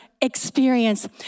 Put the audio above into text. experience